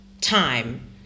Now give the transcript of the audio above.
time